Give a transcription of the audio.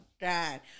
God